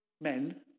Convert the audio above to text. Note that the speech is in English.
men